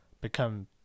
become